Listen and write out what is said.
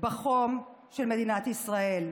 בחום של מדינת ישראל.